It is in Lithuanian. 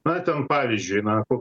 matėm pavyzdžiui na